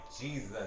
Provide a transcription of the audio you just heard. Jesus